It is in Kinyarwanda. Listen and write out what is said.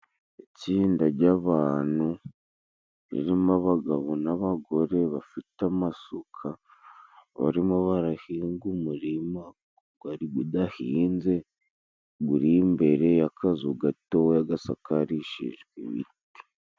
Itsinda ry'abantu ririmo abagabo n'abagore bafite amasuka, barimo barahinga umurima waruri udahinze, uri imbere y'akazu gatoya gasakarishijwe ibiti.